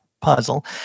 puzzle